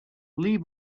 lee